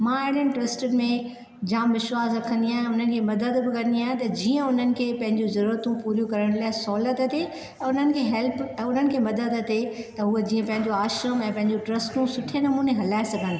मां अहिड़े ट्रस्टनि में जाम विश्वासु रखंदा आहियां ऐं उन्हनि जी मदद बि कन्दी आहियां त जीअं उन्हनि जी ज़रूरतूं पूरीयूं करण लाए सोहिलियत थिए ऐं उन्हनि खे हेल्प ऐं उन्हनि खें मदद थिए त हू जीअं पंहिंजो आश्रम पंहिंजूं ट्रस्टूं सुठे नमूने हलाए सघनि